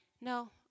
No